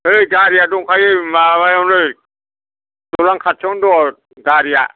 ओइ गारिया दंखायो माबायावनो दलांखाथियावनो दं गारिया